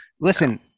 Listen